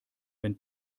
wenn